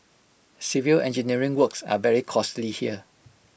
civil engineering works are very costly here